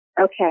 Okay